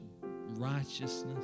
righteousness